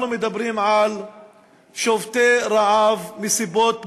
אנחנו מדברים על שובתי רעב מסיבות פוליטיות,